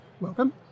Welcome